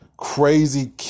crazy